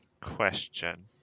question